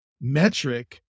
metric